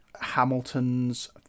Hamilton's